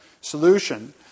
solution